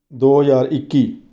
ਦੋ ਹਜ਼ਾਰ ਇੱਕੀ